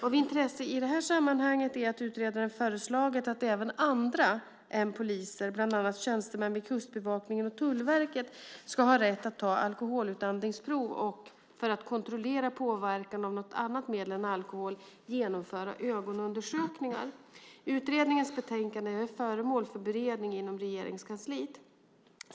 Av intresse i detta sammanhang är att utredaren föreslagit att även andra än poliser, bland annat tjänstemän vid Kustbevakningen och Tullverket, ska ha rätt att ta alkoholutandningsprov och - för att kontrollera påverkan av något annat medel än alkohol - genomföra ögonundersökningar. Utredningens betänkanden är föremål för beredning inom Regeringskansliet.